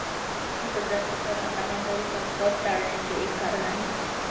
सतत जास्त कर आकारण्याचा विचार कर टाळण्याचे एक कारण आहे